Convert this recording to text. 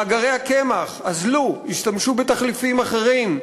מאגרי הקמח אזלו, והשתמשו בתחליפים אחרים.